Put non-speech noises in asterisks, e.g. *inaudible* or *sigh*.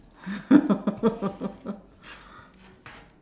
*laughs*